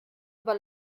aber